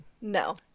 No